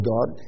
God